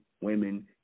women